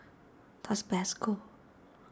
Tasbasco